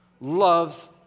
loves